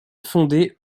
fondé